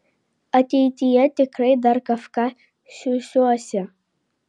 ateityje tikrai dar kažką siųsiuosi